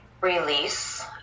release